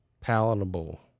palatable